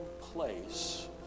place